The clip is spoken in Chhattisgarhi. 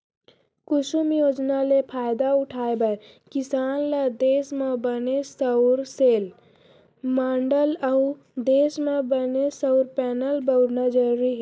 कुसुम योजना ले फायदा उठाए बर किसान ल देस म बने सउर सेल, माँडलर अउ देस म बने सउर पैनल बउरना जरूरी हे